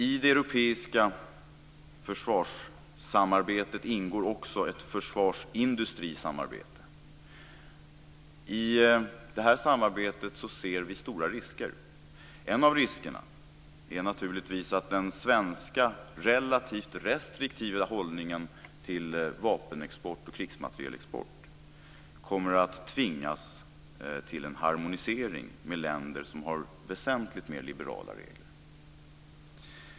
I det europeiska försvarssamarbetet ingår också ett försvarsindustrisamarbete. I det här samarbetet ser vi stora risker. En av riskerna är naturligtvis att Sverige med sin relativt restriktiva hållning till vapenexport och krigsmaterielexport därvidlag kommer att tvingas till en harmonisering med länder som har väsentligt mer liberala regler.